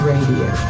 Radio